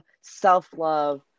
self-love